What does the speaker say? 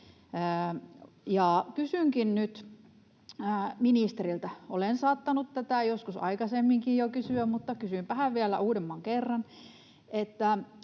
Kysynkin nyt ministeriltä — olen saattanut tätä joskus aikaisemminkin jo kysyä, mutta kysynpähän vielä uudemman kerran: